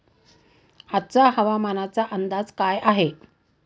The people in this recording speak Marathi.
आजचा हवामानाचा अंदाज काय आहे?